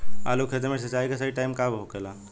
आलू के खेती मे सिंचाई के सही टाइम कब होखे ला?